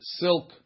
silk